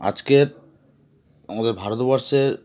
আজকের আমাদের ভারতবর্ষের